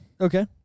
Okay